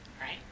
right